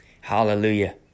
Hallelujah